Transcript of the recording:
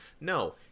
no